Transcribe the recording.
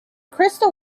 crystal